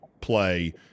play